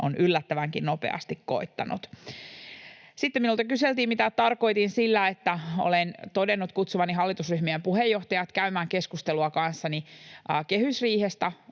on yllättävänkin nopeasti koittanut. Sitten minulta kyseltiin, mitä tarkoitin sillä, että olen todennut kutsuvani hallitusryhmien puheenjohtajat käymään keskustelua kanssani kehysriihestä.